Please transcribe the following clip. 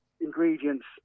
ingredients